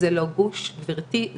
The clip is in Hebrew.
לדרגת הסיכון שלה.